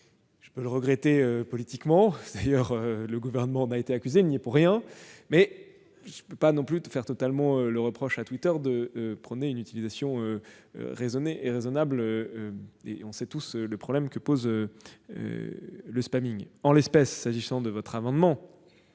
Je peux le regretter politiquement- d'ailleurs, le Gouvernement, qui a été accusé, n'y est pour rien -, mais je ne peux pas non plus totalement reprocher à Twitter de prôner une utilisation raisonnée et raisonnable. Or nous connaissons tous le problème que pose le. S'agissant de votre amendement,